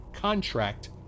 contract